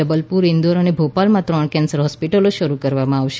જબલપુર ઈન્દોર અને ભોપાલમાં ત્રણ કેન્સર હોસ્પિટલો શરૂ કરવામાં આવશે